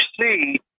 see